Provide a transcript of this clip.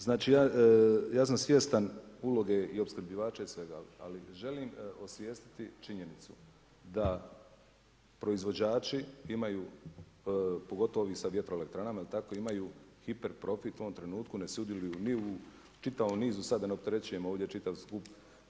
Znači ja sam svjestan uloge opskrbljivača i svega, ali želim osvijestiti činjenice, da proizvođači imaju, pogotovo ovim sa vjerotroelektranama, jel tako, imaju hiperprofit u ovom trenutku, ne sudjeluju ni u, čitavom nizu sada da ne opterećujem ovdje čitav skup.